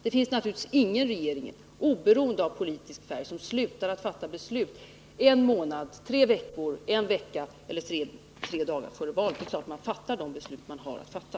Det finns naturligtvis ingen regering, oberoende av politisk färg, som slutar att fatta beslut en månad, tre veckor, en vecka eller tre dagar före ett val. Det är klart att man fattar de beslut som man har att fatta.